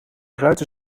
ruiten